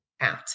out